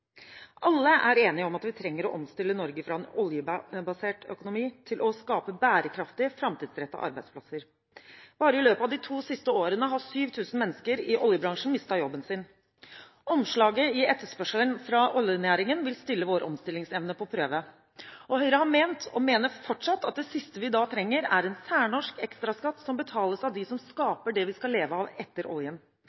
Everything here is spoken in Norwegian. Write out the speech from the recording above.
Alle er enige om at vi trenger å omstille Norge fra en oljebasert økonomi til å skape bærekraftige, framtidsrettede arbeidsplasser. Bare i løpet av de to siste årene har 7 000 mennesker i oljebransjen mistet jobben sin. Omslaget i etterspørselen fra oljenæringen vil sette vår omstillingsevne på prøve. Høyre har ment, og mener fortsatt, at det siste vi da trenger, er en særnorsk ekstraskatt som betales av dem som